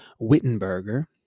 Wittenberger